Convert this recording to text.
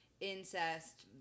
incest